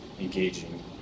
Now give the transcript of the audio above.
engaging